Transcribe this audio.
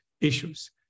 issues